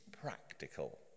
practical